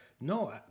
no